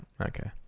Okay